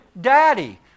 daddy